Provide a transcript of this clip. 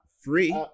free